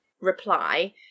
reply